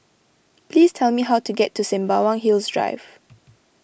please tell me how to get to Sembawang Hills Drive